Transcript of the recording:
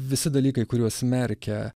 visi dalykai kuriuos smerkia